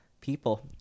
people